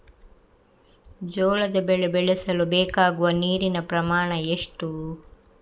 ಜೋಳದ ಬೆಳೆ ಬೆಳೆಸಲು ಬೇಕಾಗುವ ನೀರಿನ ಪ್ರಮಾಣ ಎಷ್ಟು?